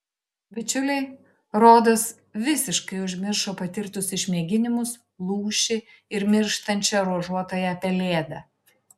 bičiuliai rodos visiškai užmiršo patirtus išmėginimus lūšį ir mirštančią ruožuotąją pelėdą